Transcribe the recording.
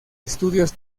estudios